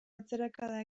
atzerakada